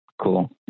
Cool